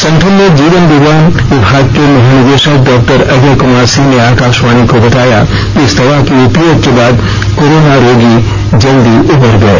संगठन में जीवन विज्ञान विभाग को महानिदेशक डॉक्टर अजय कुमार सिंह ने आकाशवाणी को बताया कि इस दवा के उपयोग के बाद कोरोना रोगी जल्दी उबर गए